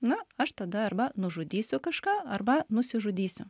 na aš tada arba nužudysiu kažką arba nusižudysiu